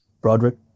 Broderick